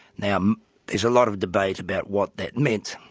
now um there's a lot of debate about what that meant,